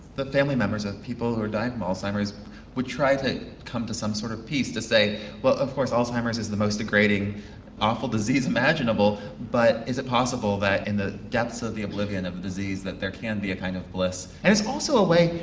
but family members are the people who are dying with alzheimer's would try to come to some sort of peace to say well of course alzheimer's is the most degrading awful disease imaginable but is it possible that in the depths of the oblivion of the disease that there can be a kind of bliss. and it's also a way,